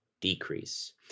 decrease